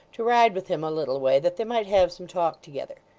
to ride with him a little way that they might have some talk together.